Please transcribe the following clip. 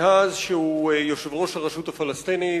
מאז שהוא יושב-ראש הרשות הפלסטינית,